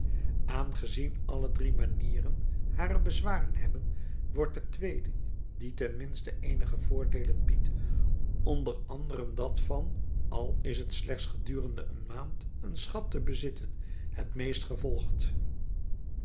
aangezien alle drie manieren hare bezwaren hebben wordt de tweede die ten minste eenige voordeelen biedt onder anderen dat van al is het slechts gedurende een maand een schat te bezitten het meest gevolgd